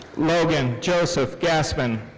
logan joseph gassmann.